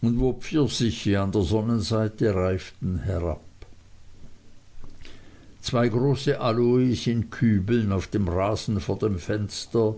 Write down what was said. und wo pfirsiche an der sonnenseite reiften herab zwei große aloes in kübeln auf dem rasen vor dem fenster